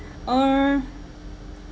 uh